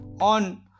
on